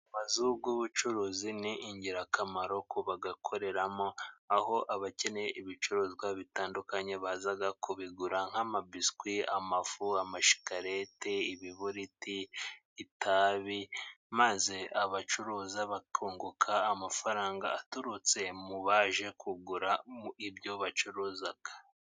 Amazu y'ubucuruzi ni ingirakamaro ku bayakoreramo, aho abakeneye ibicuruzwa bitandukanye baza kubigura nk'amabiswi, amafu, amashikarete, ibiburiti, itabi maze abacuruza bakunguka amafaranga aturutse mu baje kuguramo ibyo bacuruza